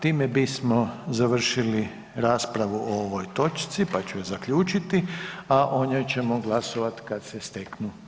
Time bismo završili raspravu o ovoj točci, pa ću ju zaključiti, a o njoj ćemo glasovati kad se steknu